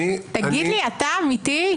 תגיד לי: אתה אמיתי?